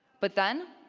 but then,